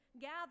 gather